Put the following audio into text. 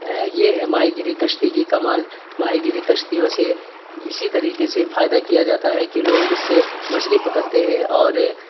یہ ہے ماہی گیری کشتی کی کمال ماہی گیری کشتیوں سے اسی طریقے سے فائدہ کیا جاتا ہے کہ لوگ اس سے مچھلی پکڑتے ہیں اور